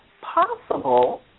possible